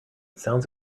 sounds